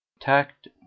Tact